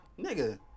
Nigga